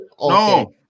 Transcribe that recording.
No